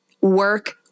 work